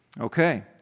Okay